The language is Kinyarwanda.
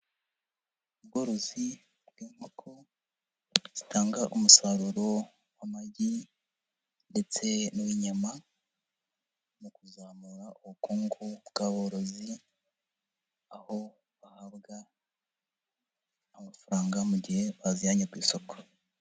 Ubworozi bw'inkoko zitanga umusaruro w'amagi, ndetse ni uw'inyama, mu kuzamura ubukungu bw'aborozi. Aho bahabwa amafaranga mu gihe bazijyanye ku isoko.